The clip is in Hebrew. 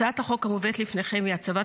הצעת החוק המובאת לפניכם היא הצבת